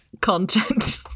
content